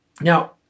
Now